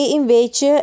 invece